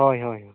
ᱦᱳᱭ ᱦᱳᱭ